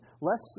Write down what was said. Less